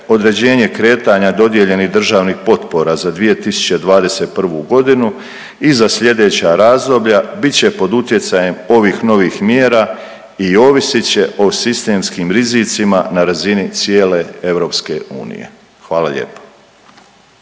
određenje kretanja dodijeljenih državnih potpora za 2021. godinu i za sljedeća razdoblja bit će pod utjecajem ovih novih mjera i ovisit će o sistemskim rizicima na razini cijele EU. Hvala lijepo.